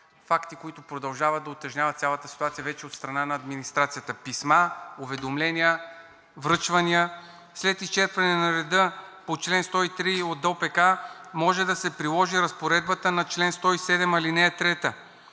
факти, които продължават да утежняват цялата ситуация от страна на администрацията – писма, уведомления, връчвания. След изчерпване на реда по чл. 103 от ДОПК може да се приложи разпоредбата на чл. 107, ал. 3,